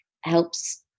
helps